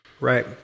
Right